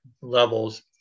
levels